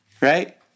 right